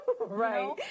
Right